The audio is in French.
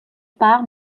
père